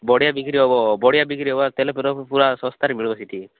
ବଢ଼ିଆ ବିକ୍ରି ହେବ ବଢ଼ିଆ ବିକ୍ରି ହେବ ତେଲ ଫେଲ ପୁରା ଶସ୍ତାରେ ମିଳିବ ସେଠି